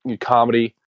comedy